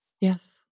yes